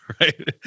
right